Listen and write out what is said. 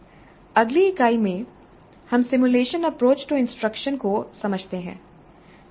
अगली इकाई में हम सिमुलेशन अप्रोच टू इंस्ट्रक्शन को समझते हैं